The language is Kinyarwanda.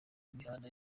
mihanda